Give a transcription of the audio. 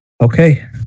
okay